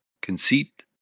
conceit